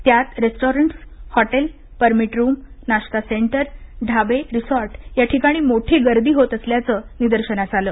त्यात restaurants hotel permit room नाश्ता centre ढाबे रिसॉर्ट या ठिकाणी मोठी गर्दी होत असल्याचं निदर्शनास आलं